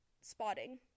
spotting